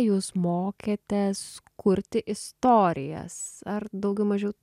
jūs mokėtės kurti istorijas ar daugiau mažiau